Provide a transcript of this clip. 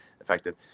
effective